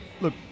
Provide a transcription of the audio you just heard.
look